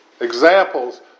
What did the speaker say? examples